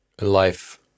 life